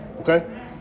Okay